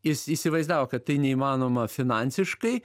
jis įsivaizdavo kad tai neįmanoma finansiškai